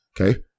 Okay